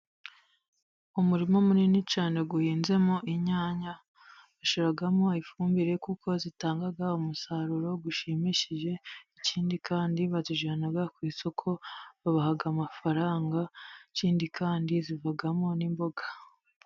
Umurima munini cyane uhinzemo inyanya bashyiramo ifumbire kuko zitangaga umusaruro ushimishije, ikindi kandi bazijyana ku isoko babaha amafaranga, ikindi kandi zivamo n'imboga.